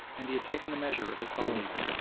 and he had taken the measure of his colleagues.